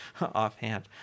offhand